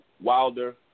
Wilder